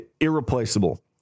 irreplaceable